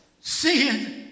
sin